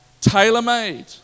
tailor-made